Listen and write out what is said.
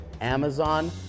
Amazon